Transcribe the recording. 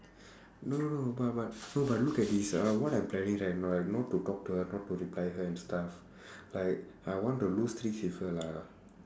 no no no but but no but look at this ah like what I'm planning right not to talk to her not to reply her and stuff like I want to lose with her lah